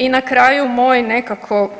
I na kraju moj nekako